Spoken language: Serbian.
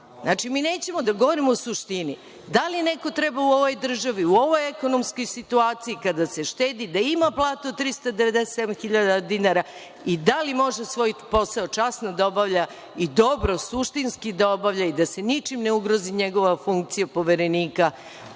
zrake. Znači, mi nećemo da govorimo o suštini. Da li neko treba u ovoj državi, u ovoj ekonomskoj situaciji, kada se štedi, da ima platu od 397 hiljada dinara i da li može svoj posao časno da obavlja, dobro suštinski da obavlja i da se ničim ne ugrozi njegova funkcija poverenika